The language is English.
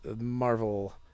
Marvel